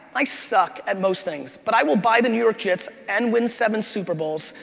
i suck at most things, but i will buy the new york jets and win seven super bowls,